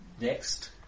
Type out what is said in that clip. next